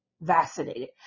vaccinated